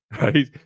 right